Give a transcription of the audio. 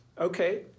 Okay